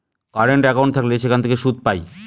current account থাকলে সেখান থেকে সুদ পায়